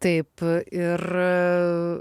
taip ir